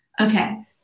okay